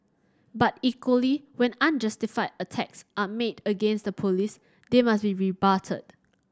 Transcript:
but equally when unjustified attacks are made against the Police they must be rebutted